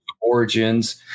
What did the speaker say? Origins